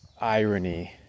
irony